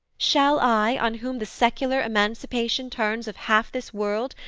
shall i, on whom the secular emancipation turns of half this world,